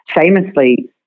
famously